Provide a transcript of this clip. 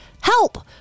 help